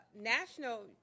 national